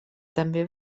també